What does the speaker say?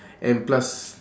and plus